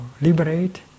liberate